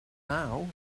now